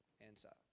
answer